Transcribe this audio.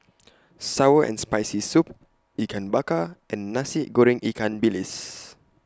Sour and Spicy Soup Ikan Bakar and Nasi Goreng Ikan Bilis